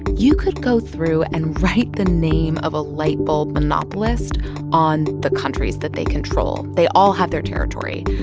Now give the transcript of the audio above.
you could go through and write the name of a light bulb monopolist on the countries that they control. they all have their territory,